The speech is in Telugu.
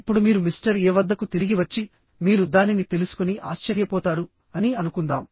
ఇప్పుడు మీరు మిస్టర్ ఎ వద్దకు తిరిగి వచ్చి మీరు దానిని తెలుసుకుని ఆశ్చర్యపోతారు అని అనుకుందాం